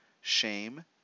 shame